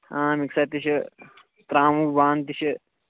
آ مِکسر تہِ چھُ ترٛاموٗ بانہٕ تہِ چھِ